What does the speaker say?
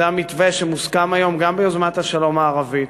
זה המתווה שמוסכם היום גם ביוזמת השלום הערבית